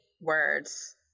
words